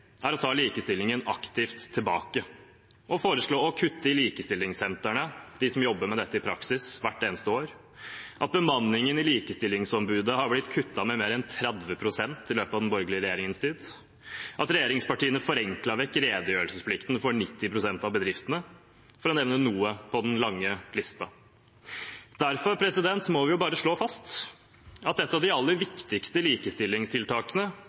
ta likestillingen aktivt tilbake ved å foreslå å kutte i likestillingssentrene, de som jobber med dette i praksis, hvert eneste år ved at bemanningen i Likestillingsombudet har blitt kuttet med mer enn 30 pst. under den borgerlige regjeringen ved at regjeringspartiene forenklet vekk redegjørelsesplikten for 90 pst. av bedriftene – for å nevne noe på den lange lista. Derfor må vi bare slå fast at et av de aller viktigste likestillingstiltakene,